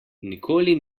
nikoli